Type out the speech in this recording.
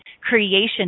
creation